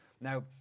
Now